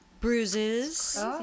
bruises